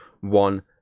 one